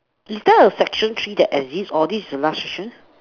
is there a section three that exists or this is the last section